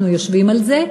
אנחנו יושבים על זה,